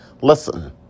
Listen